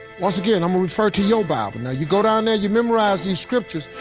once again, i'm gonna refer to your bible. now you go down there, you memorize these scriptures,